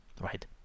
right